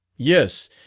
Yes